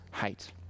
hate